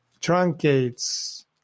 truncates